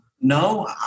No